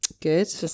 Good